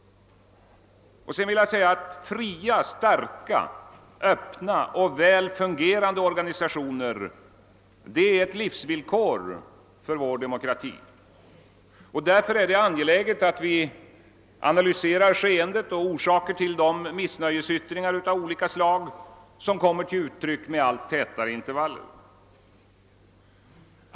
Slutligen vill jag säga att fria, starka, öppna och väl fungerande organisationer är ett livsvillkor för vår demokrati. Därför är det angeläget att vi analyserar skeendet och de orsaker till missnöjesyttringar av olika slag som kommer till uttryck med allt tätare intervaller.